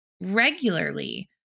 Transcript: regularly